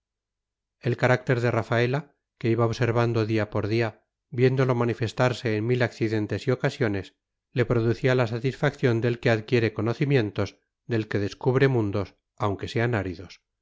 el carácter de rafaela que iba observando día por día viéndolo manifestarse en mil accidentes y ocasiones le producía la satisfacción del que adquiere conocimientos del que descubre mundos aunque sean áridos